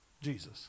Jesus